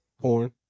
Porn